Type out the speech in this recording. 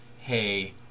hey